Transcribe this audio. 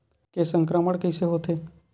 के संक्रमण कइसे होथे?